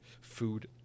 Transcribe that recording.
food